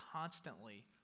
constantly